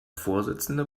vorsitzende